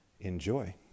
enjoy